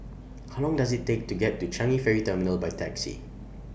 How Long Does IT Take to get to Changi Ferry Terminal By Taxi